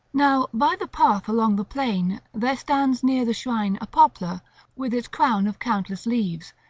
now by the path along the plain there stands near the shrine a poplar with its crown of countless leaves,